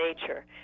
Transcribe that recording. nature